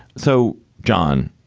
so, john,